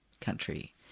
country